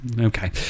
Okay